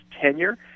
tenure